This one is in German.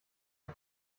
ich